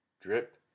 drip